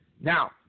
Now